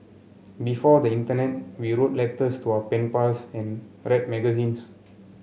before the internet we wrote letters to our pen pals and read magazines